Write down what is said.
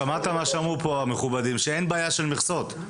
שמעת מה שאמרו המכובדים, שאין בעיה של מכסות.